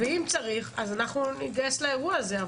ואם צריך אז אנחנו נתגייס לאירוע הזה.